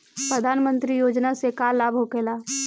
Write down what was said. प्रधानमंत्री योजना से का लाभ होखेला?